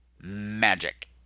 magic